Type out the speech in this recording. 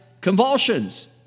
convulsions